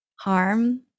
harm